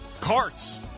carts